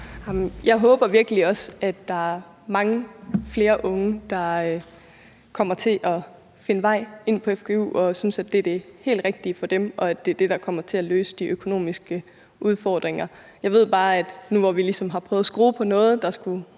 Jeg håber virkelig også, at der er mange flere unge, der kommer til at finde vej ind på fgu og synes, at det er det helt rigtige for dem, og at det er det, der kommer til at løse de økonomiske udfordringer. Jeg ved bare, at nu, hvor vi ligesom har prøvet at skrue på noget, der skulle